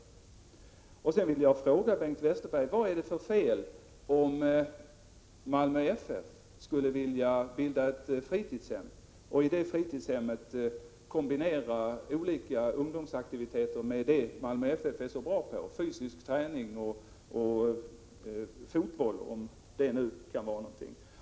Jag skulle vilja fråga Bengt Westerberg: Vad är det för fel om Malmö FF vill bilda ett fritidshem och i det fritidshemmet ha olika ungdomsaktiviteter som Malmö FF är så bra på: fysisk träning och fotboll, om det nu kan vara någonting?